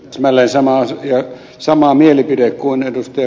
täsmälleen sama mielipide kuin ed